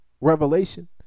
revelation